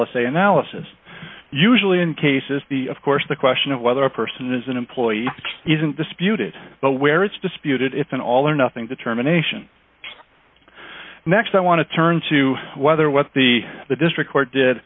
a analysis usually in cases the of course the question of whether a person is an employee isn't disputed but where it's disputed it's an all or nothing determination next i want to turn to whether what the the district court did